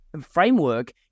framework